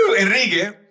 Enrique